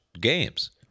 games